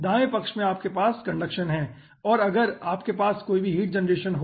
दाएं पक्ष में आपके पास कंडक्शन हैं और अगर आपके पास कोई भी हीट जनरेशन हो